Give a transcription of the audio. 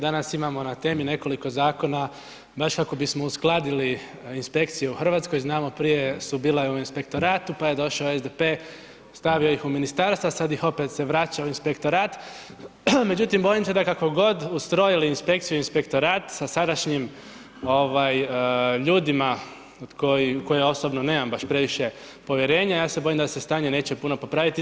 Danas imamo na temi nekoliko Zakona baš kako bismo uskladili inspekciju u Hrvatskoj, znamo od prije su bila i u Inspektoratu pa je došao SDP stavio ih u Ministarstva, sad ih se opet vraća u Inspektorat, međutim bojim se da kako god ustrojili Inspekciju i Inspektorat sa sadašnjim ljudima od kojih, od kojih ja osobno nemam baš previše povjerenja, ja se bojim se stanje neće puno popraviti.